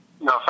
No